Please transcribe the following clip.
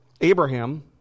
Abraham